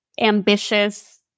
ambitious